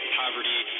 poverty